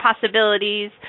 possibilities